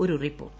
ഒരു റിപ്പോർട്ട്